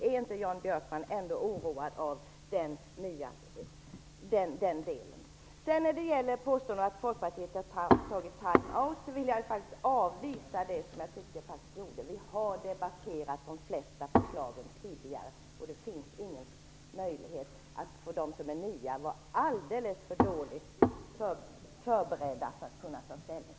Är inte Jan Björkman oroad över den delen? När det gäller påståendet att Folkpartiet har tagit time-out vill jag avvisa det. Vi har tidigare debatterat de flesta förslagen. Angående de nya förslagen var de alldeles för dåligt förberedda för att vi skulle kunna ta ställning.